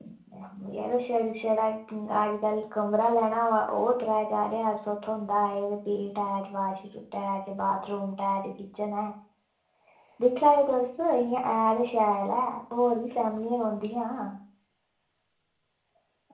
ते यरो छड़ा अज्जकल कमरा लैना होऐ ओह् त्रै चार ज्हार च थ्होंदा ऐ एह् ते फ्ही एह् अटैच बाथरूम अटैच किचन ऐ दिक्खी लैएओ तुस इ'यां ऐ ते शैल ऐ होर बी फैमिलियां रौंह्दियां